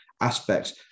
aspects